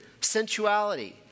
sensuality